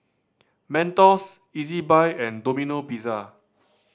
Mentos Ezbuy and Domino Pizza